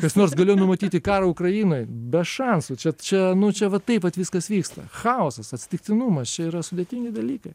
kas nors galėjo numatyti karą ukrainoj be šansų čia čia nu čia va taip viskas vyksta chaosas atsitiktinumas čia yra sudėtingi dalykai